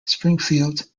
springfield